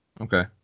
Okay